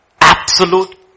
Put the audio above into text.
absolute